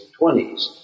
20s